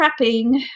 prepping